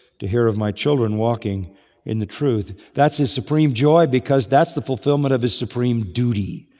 to hear of my children walking in the truth. that's his supreme joy because that's the fulfillment of his supreme duty.